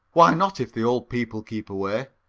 why not, if the old people keep away